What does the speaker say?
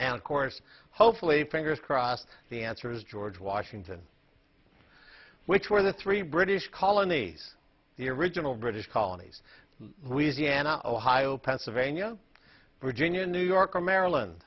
and of course hopefully fingers crossed the answer is george washington which were the three british colonies the original british colonies wheezy and ohio pennsylvania virginia new